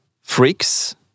freaks